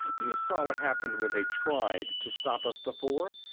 you saw what happened when they tried to stop us before.